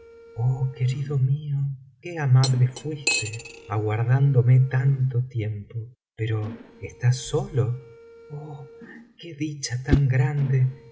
dijo oh querido mío qué amable fuiste aguardándome tanto tiempo pero estás solo oh qué dicha tan grande